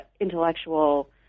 intellectual